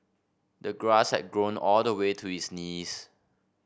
the grass had grown all the way to his knees